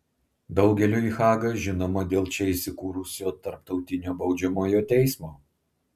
daugeliui haga žinoma dėl čia įsikūrusio tarptautinio baudžiamojo teismo